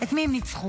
את מי הם ניצחו?